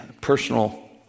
personal